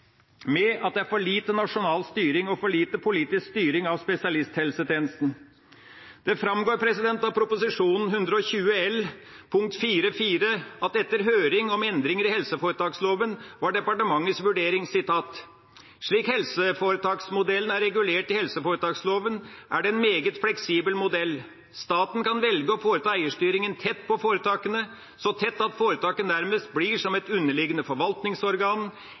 med at det er for lite nasjonal styring og for lite politisk styring av spesialisthelsetjenesten. Det framgår av Prop. 120 L punkt 4.4 at etter høring om endringer i helseforetaksloven var departementets vurdering: «Slik helseforetaksmodellen er regulert i helseforetaksloven, er det en meget fleksibel modell. Staten kan velge å foreta eierstyring tett på foretakene, så tett at foretaket nærmest blir som et underliggende forvaltningsorgan,